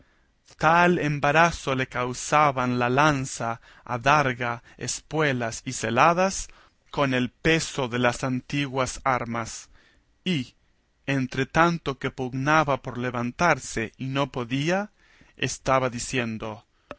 tal embarazo le causaban la lanza adarga espuelas y celada con el peso de las antiguas armas y entretanto que pugnaba por levantarse y no podía estaba diciendo